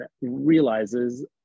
realizes